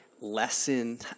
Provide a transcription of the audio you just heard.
lesson